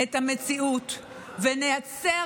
את המציאות ונייצר